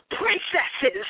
princesses